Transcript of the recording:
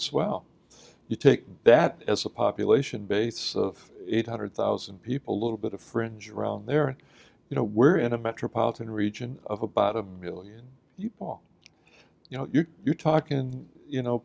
as well if you take that as a population base of eight hundred thousand people a little bit of fringe around there you know we're in a metropolitan region of about a million people you know you talk in you know